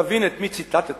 תבין את מי ציטטת